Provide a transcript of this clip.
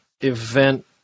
event